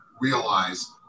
realize